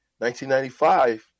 1995